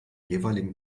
jeweiligen